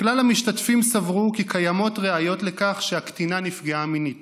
"כלל המשתתפים סברו כי קיימות ראיות לכך שהקטינה נפגעה מינית